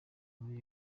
muri